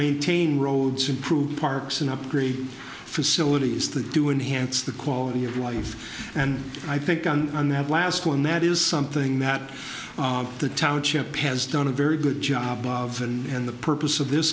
maintain roads improve parks and upgrade facilities that do enhanced the quality of life and i think on on that last one that is something that the township has done a very good job of and the purpose of this